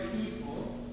people